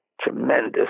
tremendous